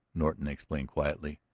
norton explained quietly.